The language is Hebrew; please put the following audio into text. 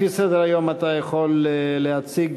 לפי סדר-היום אתה יכול להציג,